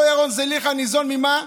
אותו ירון זליכה ניזון ממה?